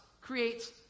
creates